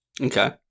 Okay